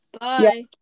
Bye